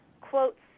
quotes